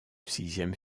sixième